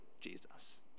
Jesus